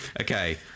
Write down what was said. Okay